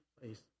place